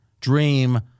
Dream